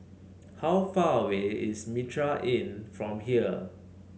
how far away is Mitraa Inn from here